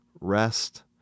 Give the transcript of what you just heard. rest